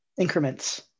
increments